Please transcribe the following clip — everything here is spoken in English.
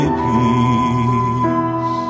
peace